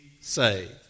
saved